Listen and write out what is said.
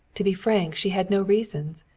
to be frank, she had no reasons.